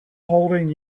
holding